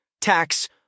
tax